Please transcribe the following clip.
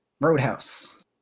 Roadhouse